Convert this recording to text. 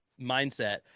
mindset